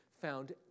found